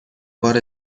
بار